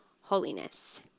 holiness